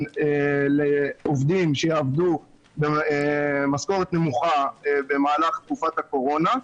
לעובדים שיעבדו במשכורת נמוכה במהלך תקופת הקורונה.